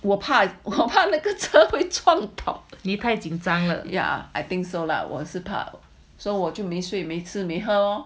我怕我怕那个车撞到 yeah I think so lah 我是怕我就没吃没喝 loh